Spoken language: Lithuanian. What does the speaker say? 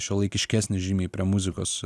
šiuolaikiškesnis žymiai prie muzikos